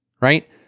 right